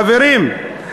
חברים,